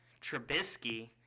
Trubisky